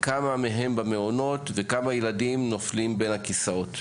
כמה מהם במעונות, וכמה ילדים נופלים בין הכיסאות.